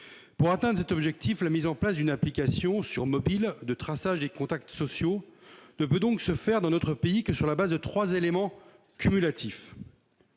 Pour atteindre cet objectif, la mise en place d'une application, sur mobile, de traçage des contacts sociaux ne peut donc se faire dans notre pays que sur la base de trois éléments cumulatifs.